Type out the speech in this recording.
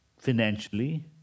Financially